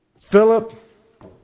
Philip